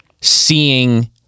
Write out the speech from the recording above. seeing